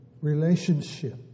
relationship